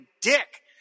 dick